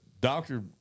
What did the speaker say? doctor